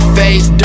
face